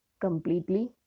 completely